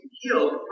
healed